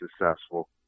successful